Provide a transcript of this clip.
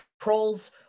Trolls